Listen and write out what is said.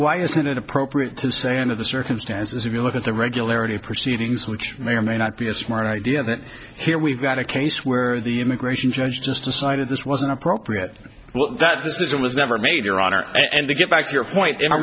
why isn't it appropriate to say end of the circumstances if you look at the regularity of proceedings which may or may not be a smart idea that here we've got a case where the immigration judge just decided this was inappropriate well that decision was never made your honor and to get back to your point and i'm